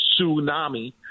tsunami